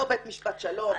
לא בית משפט שלום,